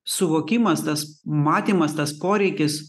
suvokimas tas matymas tas poreikis